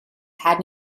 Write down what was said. had